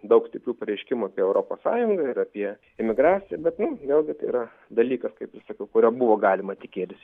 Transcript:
daug stiprių pareiškimų apie europos sąjungą ir apie imigraciją bet nu vėlgi tai yra dalykas kaip ir sakiau kurio buvo galima tikėtis